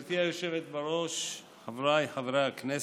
גברתי היושבת-ראש, חבריי חברי הכנסת,